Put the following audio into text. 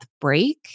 break